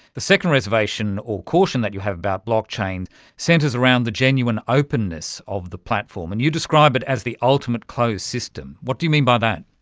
the second reservation or caution that you have about blockchain centres around the genuine openness of the platform. and you describe it as the ultimate closed system. what do you mean by that?